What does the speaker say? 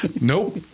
nope